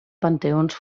panteons